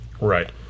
right